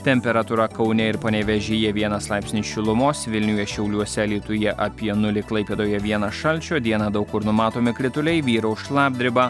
temperatūra kaune ir panevėžyje vienas laipsnis šilumos vilniuje šiauliuose alytuje apie nulį klaipėdoje vienas šalčio dieną daug kur numatomi krituliai vyraus šlapdriba